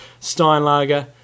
Steinlager